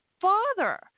father